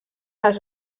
les